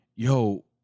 Yo